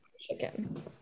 chicken